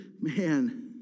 man